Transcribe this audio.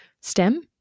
stem